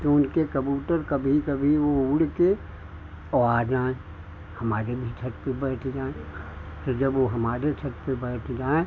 तो उनके कबूतर कभी कभी वह उड़ कर और आ जाए हमारे भी छत पर बैठ जाए तो जब वह हमारे छत पर बैठ जाएँ